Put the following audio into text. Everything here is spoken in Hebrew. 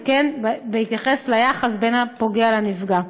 וכן בהתייחס ליחס בין הפוגע לנפגע.